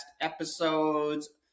episodes